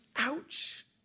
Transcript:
Ouch